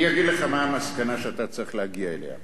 אני אגיד לך מה המסקנה שאתה צריך להגיע אליה,